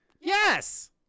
Yes